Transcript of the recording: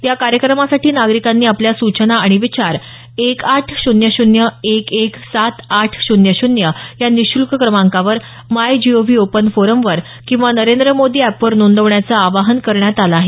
या कार्यक्रमासाठी नागरिकांनी आपल्या सूचना आणि विचार एक आठ शून्य शून्य एक एक सात आठ शून्य शून्य या निशूल्क क्रमांकावर my G O V open forum किंवा नरेंद्र मोदी अॅप वर नोंदवण्याचं आवाहन करण्यात आलं आहे